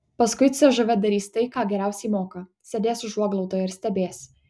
paskui cžv darys tai ką geriausiai moka sėdės užuoglaudoje ir stebės